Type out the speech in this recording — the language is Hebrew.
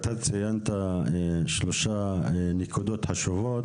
אתה ציינת שלוש נקודות חשובות,